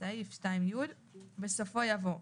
בסעיף 2(י), בסופו יבוא: